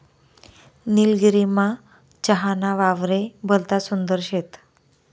निलगिरीमा चहा ना वावरे भलता सुंदर शेत